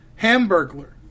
Hamburglar